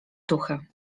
duchy